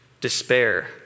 despair